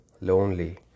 lonely